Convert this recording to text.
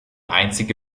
einzige